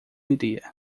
iria